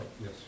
yes